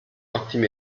ottime